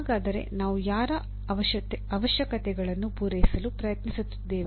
ಹಾಗಾದರೆ ನಾವು ಯಾರ ಅವಶ್ಯಕತೆಗಳನ್ನು ಪೂರೈಸಲು ಪ್ರಯತ್ನಿಸುತ್ತಿದ್ದೇವೆ